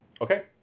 Okay